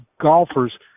golfers